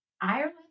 Ireland